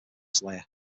slayer